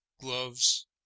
gloves